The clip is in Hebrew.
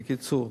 בקיצור,